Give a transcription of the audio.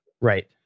Right